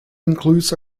includes